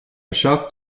seacht